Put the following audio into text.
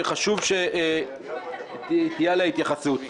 שחשוב שתהיה לה התייחסות.